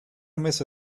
mesa